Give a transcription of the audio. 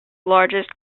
largest